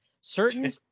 Certain